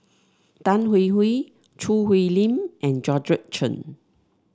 Tan Hwee Hwee Choo Hwee Lim and Georgette Chen